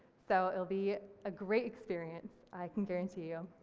so it'll be a great experience, i can guarantee you.